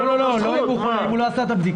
לא, לא אם הוא חולה, אם הוא לא עשה את הבדיקה.